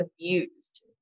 abused